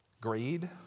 greed